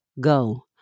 Go